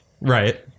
Right